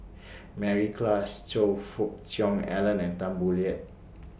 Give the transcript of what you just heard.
Mary Klass Choe Fook Cheong Alan and Tan Boo Liat